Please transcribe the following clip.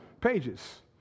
pages